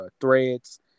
Threads